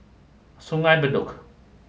Sungei Bedok